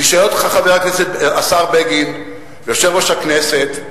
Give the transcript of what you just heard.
אני שואל אותך, השר בגין, יושב-ראש הכנסת,